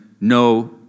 no